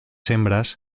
hembras